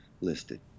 listed